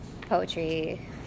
Poetry